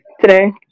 today